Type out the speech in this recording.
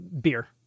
beer